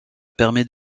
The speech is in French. permet